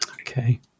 okay